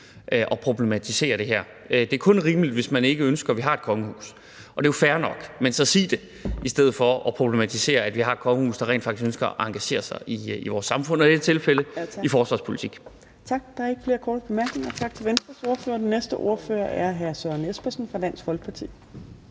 at problematisere det her. Det er kun rimeligt, hvis man ikke ønsker, at vi har et kongehus, og det er jo fair nok, men så sig det i stedet for at problematisere, at vi har et kongehus, der rent faktisk ønsker at engagere sig i vores samfund og i dette tilfælde i forsvarspolitik.